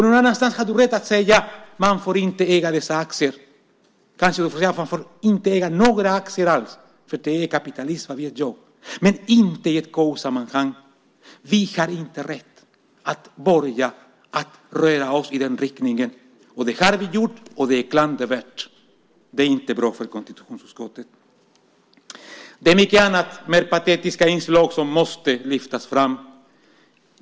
Någon annanstans har du rätt att säga att man inte får äga dessa aktier eller att man inte får äga några aktier alls - för det är kapitalism, vad vet jag - men inte i ett KU-sammanhang. Vi har inte rätt att börja röra oss i den riktningen. Det har vi gjort, och det är klandervärt. Det är inte bra för konstitutionsutskottet. Det är många andra mer patetiska inslag som måste lyftas fram.